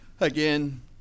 Again